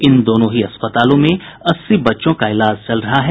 इन दोनों ही अस्पतालों में अस्सी बच्चों का इलाज चल रहा है